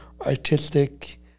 artistic